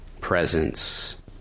presence